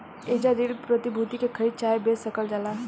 एइजा ऋण प्रतिभूति के खरीद चाहे बेच सकल जाला